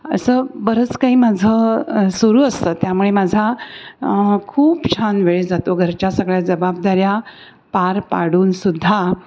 असं बरंच काही माझं सुरू असतं त्यामुळे माझा खूप छान वेळ जातो घरच्या सगळ्या जबाबदाऱ्या पार पाडून सुद्धा